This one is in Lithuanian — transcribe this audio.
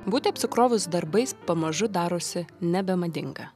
būti apsikrovus darbais pamažu darosi nebemadinga